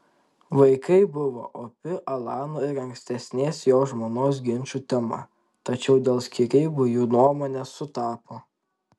vaikai buvo opi alano ir ankstesnės jo žmonos ginčų tema tačiau dėl skyrybų jų nuomonės sutapo